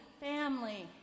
family